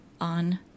On